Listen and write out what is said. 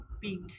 big